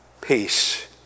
peace